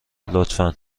لطفا